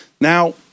Now